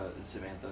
Samantha